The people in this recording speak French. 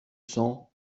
cents